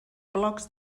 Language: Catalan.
blocs